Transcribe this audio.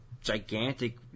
gigantic